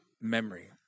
memory